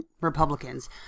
Republicans